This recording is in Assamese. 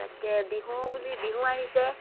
তাকে বিহু বুলি বিহু আহিছে